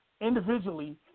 Individually